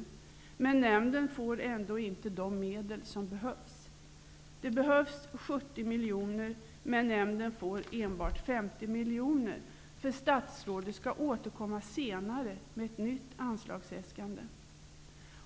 Utlänningsnämnden får ändå inte de medel som behövs. Det behövs 70 miljoner. Men Utlänningsnämnden får endast 50 miljoner, för statsrådet skall återkomma senare med ett nytt anslagsäskande.